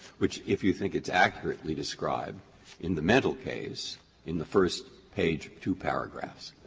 which if you think it's accurately described in the mental case in the first page, two paragraphs,